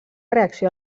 reacció